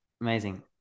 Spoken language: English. Amazing